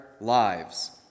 lives